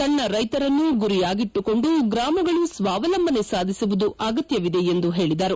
ಸಣ್ಣ ರೈತರನ್ನು ಗುರಿಯಾಗಿಟ್ಟುಕೊಂಡು ಗ್ರಾಮಗಳು ಸ್ವಾವಲಂಬನೆ ಸಾಧಿಸುವುದು ಅಗತ್ನವಿದೆ ಎಂದು ಅವರು ಹೇಳಿದರು